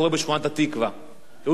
היו צריכים להביא כוחות משטרה,